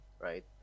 right